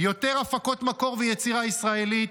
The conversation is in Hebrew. יותר הפקות מקור ויצירה ישראלית,